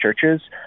churches